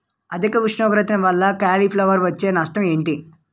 అధిక ఉష్ణోగ్రత వల్ల కాలీఫ్లవర్ వచ్చే నష్టం ఏంటి?